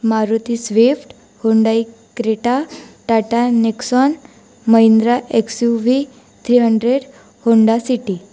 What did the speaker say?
Maruti Swift Hyundai Creta Tata Nexon Mahindra X U V three hundred Honda city